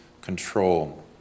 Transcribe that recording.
control